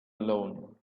alone